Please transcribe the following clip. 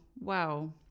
wow